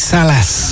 Salas